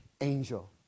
angel